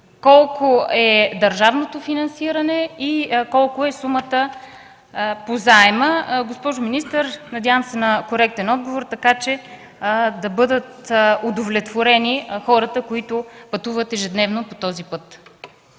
колко е държавното финансиране и колко е сумата по заема? Госпожо министър, надявам се на коректен отговор, така че да бъдат удовлетворени хората, които пътуват ежедневно по този път.